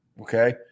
Okay